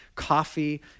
coffee